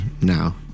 now